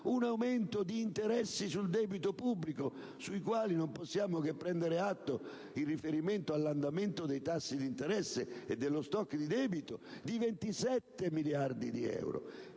un aumento di interessi sul debito pubblico, sui quali non possiamo che prendere atto in riferimento all'andamento dei tassi di interesse e dello *stock* di debito, di 27 miliardi di euro